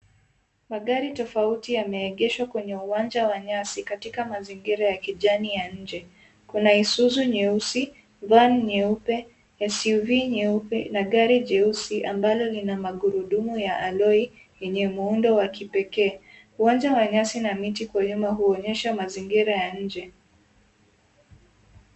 Magari tofauti yameegeshwa kwenye uwanja wa nyasi katika mazingira ya kijani ya nje. Kuna Isuzu nyeusi, van nyeupe, SUV nyeupe na gari jeusi ambalo lina magurudumu ya alloy yenye muundo wa kipekee. Uwanja wa na nyasi miti kwa nyuma huonyesha mazingira ya nje.